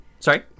Sorry